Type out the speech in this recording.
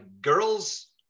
girls